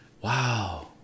Wow